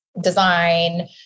Design